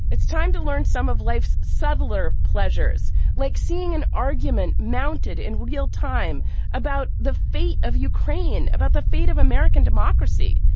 it's time to learn some of life's subtler pleasures like seeing an argument mounted in real time about the fate of ukraine about the fate of american democracy.